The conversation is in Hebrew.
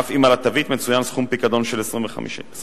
אף אם על התווית מצוין סכום פיקדון של 25 אגורות,